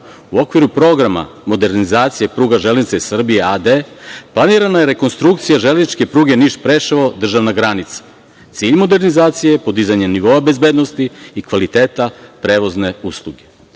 okviru programa modernizacije pruga Železnice Srbije a.d. planirana je rekonstrukcija železničke pruge Niš-Preševo-državna granica. Cilj modernizacije je podizanje nivoa bezbednosti i kvaliteta prevozne usluge. Sa